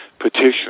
petition